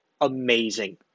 amazing